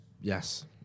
Yes